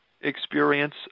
experience